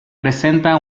presenta